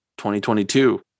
2022